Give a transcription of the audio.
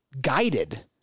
guided